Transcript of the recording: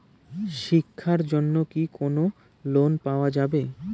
শিক্ষার জন্যে কি কোনো লোন পাওয়া যাবে?